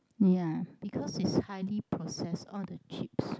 ya because it's highly processed all the chips